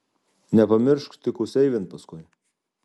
nepamiršk tik užseivint paskui